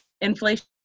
inflation